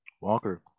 Walker